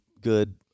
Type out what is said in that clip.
good